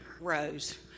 rows